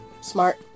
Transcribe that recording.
Smart